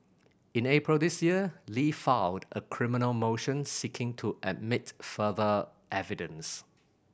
in April this year Li filed a criminal motion seeking to admit further evidence